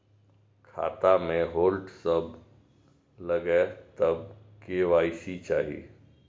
खाता में होल्ड सब लगे तब के.वाई.सी चाहि?